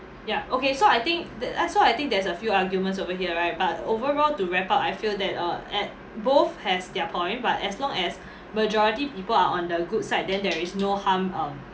ya okay so I think th~ so I think there's a few arguments over here right but overall to wrap up I feel that uh at both has their point but as long as majority people are on the good side then there is no harm um